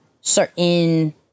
certain